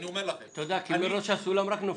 ואני אומר לכם --- אתה יודע שמראש הסולם רק נופלים.